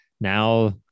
now